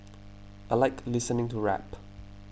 I like listening to rap